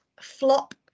Flop